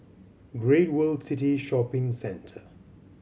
Great World City Shopping Centre